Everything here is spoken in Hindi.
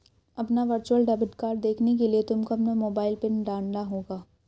अपना वर्चुअल डेबिट कार्ड देखने के लिए तुमको अपना मोबाइल पिन डालना होगा